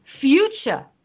future